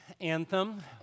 Anthem